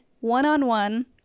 one-on-one